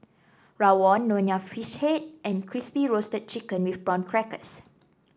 rawon Nonya Fish Head and Crispy Roasted Chicken with Prawn Crackers